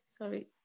Sorry